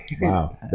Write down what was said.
Wow